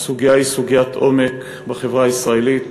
הסוגיה היא סוגיית עומק בחברה הישראלית,